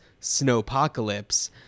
snowpocalypse